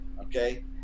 okay